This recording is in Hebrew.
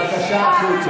בבקשה החוצה.